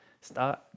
start